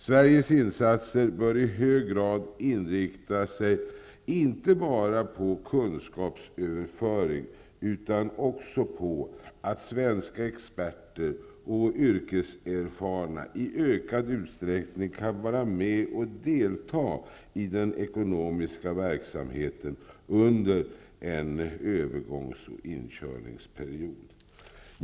Sveriges insatser bör i hög grad inrikta sig inte bara på kunskapsöverföring utan också på att svenska experter och yrkeserfarna i ökad utsträckning kan vara med och delta i den ekonomiska verksamheten under en övergångs och inkörningsperiod.